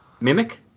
Mimic